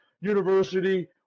university